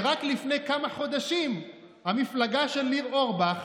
שרק לפני כמה חודשים המפלגה של ניר אורבך